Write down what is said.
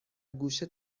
گوشه